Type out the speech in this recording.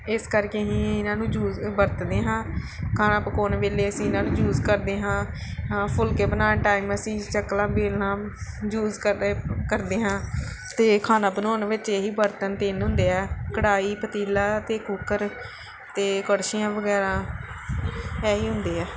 ਇਸ ਕਰਕੇ ਅਸੀਂ ਇਹਨਾਂ ਨੂੰ ਯੂਜ ਵਰਤਦੇ ਹਾਂ ਖਾਣਾ ਪਕਾਉਣ ਵੇਲੇ ਅਸੀਂ ਇਹਨਾਂ ਨੂੰ ਯੂਜ ਕਰਦੇ ਹਾਂ ਫੁਲਕੇ ਬਣਾਉਣ ਟਾਈਮ ਅਸੀਂ ਚਕਲਾ ਵੇਲਣਾ ਯੂਜ ਕਰ ਕਰਦੇ ਹਾਂ ਅਤੇ ਖਾਣਾ ਬਣਾਉਣ ਵਿੱਚ ਇਹੀ ਬਰਤਨ ਤਿੰਨ ਹੁੰਦੇ ਆ ਕੜਾਹੀ ਪਤੀਲਾ ਅਤੇ ਕੁੱਕਰ ਅਤੇ ਕੜਸ਼ੀਆਂ ਵਗੈਰਾ ਇਹੀ ਹੁੰਦੇ ਆ